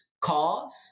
cause